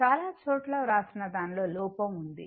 చాలా చోట్ల వ్రాసిన దానిలో లోపం ఉంది